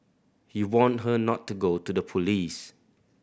he warned her not to go to the police